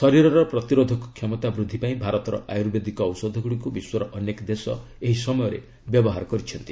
ଶରୀରର ପ୍ରତିରୋଧକ କ୍ଷମତା ବୃଦ୍ଧି ପାଇଁ ଭାରତର ଆୟୁର୍ବେଦିକ ଔଷଧଗୁଡ଼ିକୁ ବିଶ୍ୱର ଅନେକ ଦେଶ ଏହି ସମୟରେ ବ୍ୟବହାରେ କରିଛନ୍ତି